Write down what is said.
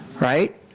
Right